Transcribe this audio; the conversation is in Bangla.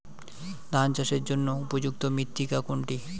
ধান চাষের জন্য উপযুক্ত মৃত্তিকা কোনটি?